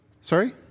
sorry